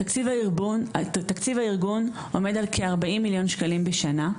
תקציב הארגון כיום עומד על כ-40 מיליון ₪ בשנה.